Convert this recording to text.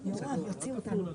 הם מפעל קטן.